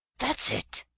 that's it,